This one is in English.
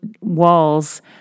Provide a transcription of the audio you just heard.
walls